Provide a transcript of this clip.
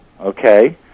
okay